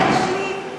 הבן שלי,